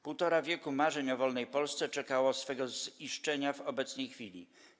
Półtora wieku marzeń o wolnej Polsce czekało swego ziszczenia w obecnej chwili.